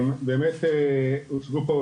באמת הוצגו פה,